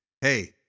Hey